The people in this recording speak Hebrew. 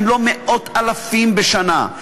אם לא מאות-אלפים בשנה,